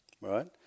right